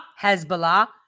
Hezbollah